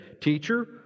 Teacher